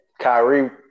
Kyrie –